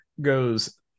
goes